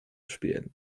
spielen